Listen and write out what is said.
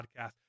Podcast